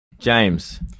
James